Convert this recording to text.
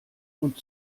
und